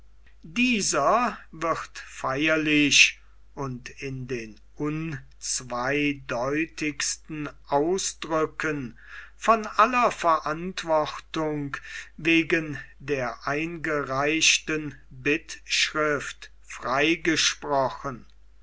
dieser wird feierlich und in den unzweideutigsten ausdrücken von aller verantwortung wegen der eingereichten bittschrift freigesprochen